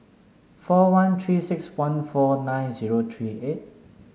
four one Three six one four nine zero three eight